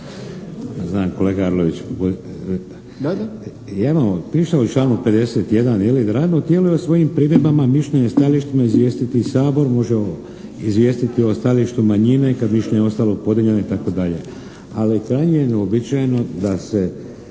Znam kolega Arlović. Piše u članu 51. je li, radno tijelo o svojim primjedbama, mišljenjima i stajališta izvijestiti Sabor, može izvijestiti o stajalištu manjine kada mišljenje ostane podijeljeno itd. ali krajnje je neuobičajeno da se